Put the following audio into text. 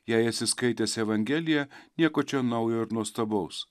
jei esi skaitęs evangeliją nieko čia naujo ir nuostabaus